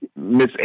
Miss